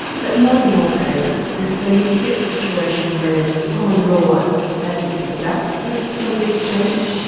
but not in all cases. and so you get the situation where common law hasn't kept up with some of these changes.